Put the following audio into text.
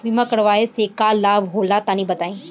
बीमा करावे से का लाभ होला तनि बताई?